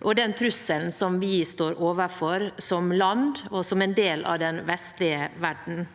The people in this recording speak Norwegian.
og den trusselen vi står overfor som land og som en del av den vestlige verden.